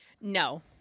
No